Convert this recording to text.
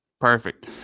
Perfect